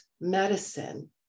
medicine